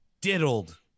diddled